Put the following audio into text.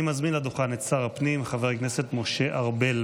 אני מזמין לדוכן את שר הפנים, חבר הכנסת משה ארבל,